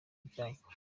ibyago